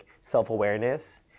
self-awareness